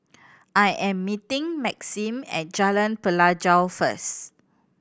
I am meeting Maxim at Jalan Pelajau first